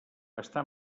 està